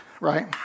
right